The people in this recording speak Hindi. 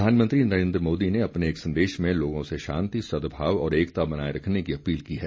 प्रधानमंत्री नरेन्द्र मोदी ने अपने एक संदेश में लोगों से शांति सद्भाव और एकता बनाए रखने की अपील की है